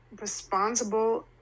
responsible